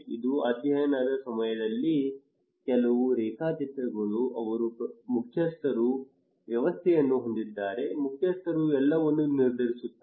ಇದು ಅಧ್ಯಯನದ ಸಮಯದಲ್ಲಿ ಕೆಲವು ಛಾಯಾಚಿತ್ರಗಳು ಅವರು ಮುಖ್ಯಸ್ಥರ ವ್ಯವಸ್ಥೆಯನ್ನು ಹೊಂದಿದ್ದಾರೆ ಮುಖ್ಯಸ್ಥರು ಎಲ್ಲವನ್ನೂ ನಿರ್ಧರಿಸುತ್ತಾರೆ